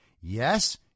Yes